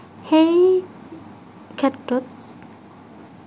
সেই ক্ষেত্ৰত